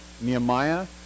Nehemiah